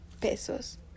pesos